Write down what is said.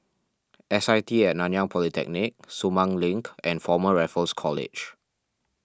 S I T at Nanyang Polytechnic Sumang Link and Former Raffles College